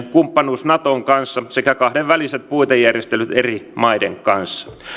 kumppanuus naton kanssa sekä kahdenväliset puitejärjestelyt eri maiden kanssa